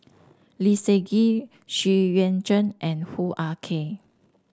Lee Seng Gee Xu Yuan Zhen and Hoo Ah Kay